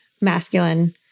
masculine